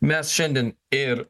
mes šiandien ir